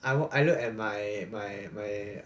I look at my my my